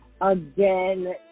Again